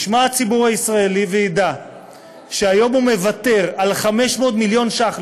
ישמע הציבור הישראלי וידע שהיום הוא מוותר על 500 מיליון ש"ח,